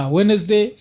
Wednesday